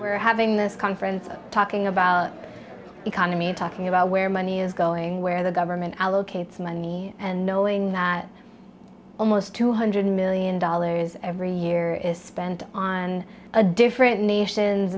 we're having this conference talking about economy talking about where money is going where the government allocates money and knowing that almost two hundred million dollars every year is spent on a different nation's